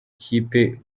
kipe